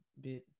bit